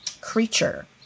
creature